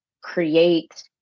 create